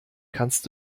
kannst